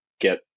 get